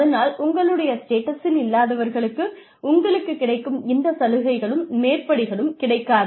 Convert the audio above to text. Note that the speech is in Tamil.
அதனால் உங்களுடைய ஸ்டேட்டஸில் இல்லாதவர்களுக்கு உங்களுக்குக் கிடைக்கும் இந்த சலுகைகளும் மேற்படிகளும் கிடைக்காது